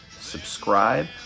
subscribe